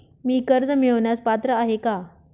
मी कर्ज मिळवण्यास पात्र आहे का?